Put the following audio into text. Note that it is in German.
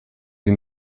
sie